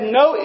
no